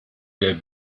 der